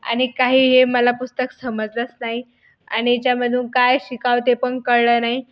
आणि काही हे मला पुस्तक समजलंच नाही आणि याच्यामधून काय शिकावं ते पण कळलं नाही